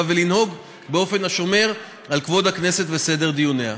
ולנהוג באופן השומר על כבוד הכנסת וסדר דיוניה.